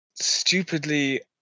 Stupidly